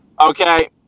Okay